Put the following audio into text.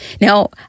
Now